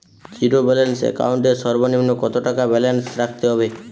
Zero balance account এর সর্বনিম্ন কত টাকা ব্যালেন্স রাখতে হবে?